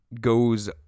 goes